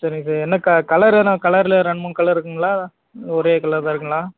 சரிங்க சார் என்ன க கலரில் என்ன கலரில் ரெண்டு மூனு கலர் இருக்குங்களா ஒரே கலர் தான் இருக்குங்களா